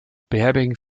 beherbergen